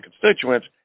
constituents